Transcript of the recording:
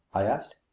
i asked.